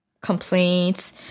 complaints